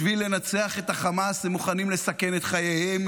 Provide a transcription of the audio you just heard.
בשביל לנצח את החמאס הם מוכנים לסכן את חייהם,